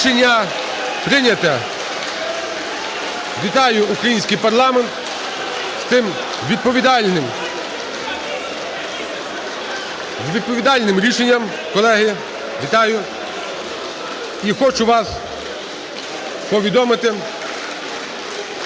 Рішення прийняте. (Оплески) Вітаю український парламент з тим відповідальним рішенням. Колеги, вітаю. І хочу вас повідомити,